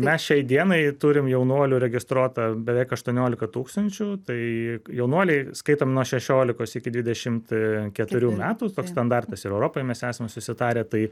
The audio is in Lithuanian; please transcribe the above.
mes šiai dienai turim jaunuolių registruota beveik aštuoniolika tūkstančių tai jaunuoliai skaitom nuo šešiolikos iki dvidešim keturių metų toks standartas ir europoj mes esame susitarę tai